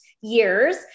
years